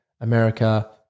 America